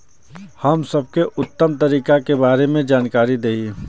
हम सबके उत्तम तरीका के बारे में जानकारी देही?